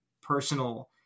personal